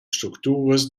structuras